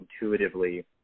intuitively